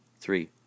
three